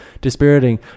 dispiriting